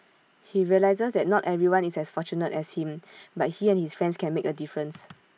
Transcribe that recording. he realises that not everyone is as fortunate as him but he and his friends can make A difference